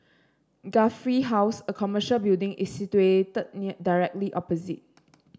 Guthrie House a commercial building is situated near directly opposite